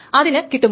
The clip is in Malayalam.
അതിന് കിട്ടുമോ